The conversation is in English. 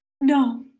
No